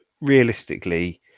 realistically